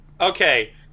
Okay